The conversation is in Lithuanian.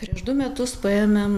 prieš du metus paėmėm